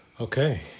okay